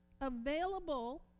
available